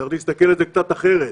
צריך להסתכל על זה קצת אחרת.